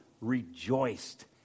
rejoiced